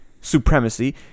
supremacy